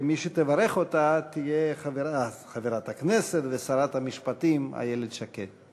מי שתברך אותה תהיה חברת הכנסת ושרת המשפטים איילת שקד.